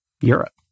Europe